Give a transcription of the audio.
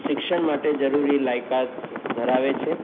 શિક્ષણ માટે જરૂરી લાયકાત ધરાવે છે